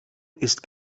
ist